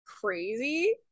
crazy